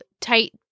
tight